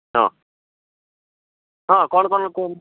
ହଁ ହଁ କଣ କଣ କୁହନ୍ତୁ